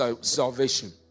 salvation